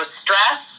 stress